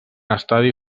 estadi